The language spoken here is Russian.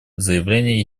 заявление